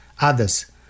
others